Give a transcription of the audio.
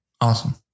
Awesome